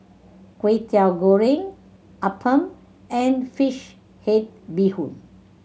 Kwetiau Goreng appam and fish head bee hoon